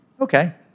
Okay